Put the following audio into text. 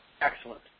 Excellent